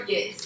Yes